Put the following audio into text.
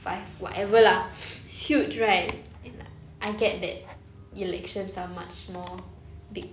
five whatever lah it's huge right and like I get that elections are much more big